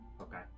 Okay